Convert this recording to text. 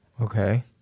Okay